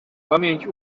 pamięć